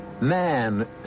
Man